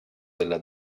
della